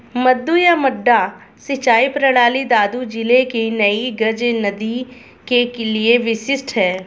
मद्दू या मड्डा सिंचाई प्रणाली दादू जिले की नई गज नदी के लिए विशिष्ट है